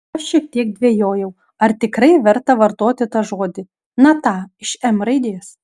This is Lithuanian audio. aš šiek tiek dvejojau ar tikrai verta vartoti tą žodį na tą iš m raidės